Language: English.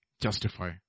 Justify